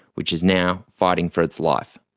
which is now fighting for its life.